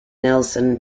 nelson